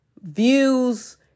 views